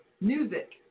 Music